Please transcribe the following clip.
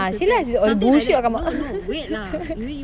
ah see lah all the bullshit all come out